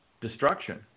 destruction